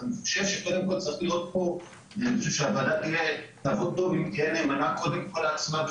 אז קודם כול הוועדה תעבוד טוב אם היא תהיה נאמנה קודם כול לעצמה אם